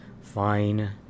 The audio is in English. fine